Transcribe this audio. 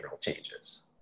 changes